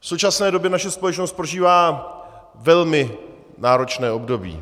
V současné době naše společnost prožívá velmi náročné období.